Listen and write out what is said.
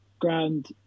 ground